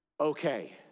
okay